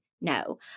No